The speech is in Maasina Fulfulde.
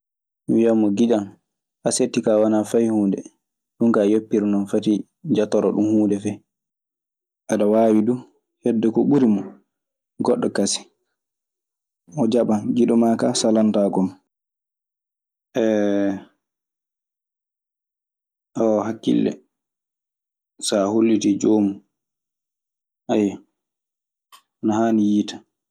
Mi wiyan mo ''giƴan asetti kaa wanaa fay huunde. Ɗun kay yoppir non. Fati jaatoro ɗun huunde fey. Aɗa waawi du heɓde ko ɓuri mo goɗɗo kasen. O jaɓan. Giɗo maa kaa salantaako ma. Oo hakkille saa hollitii joomun, ne haani yiitan."